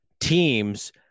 teams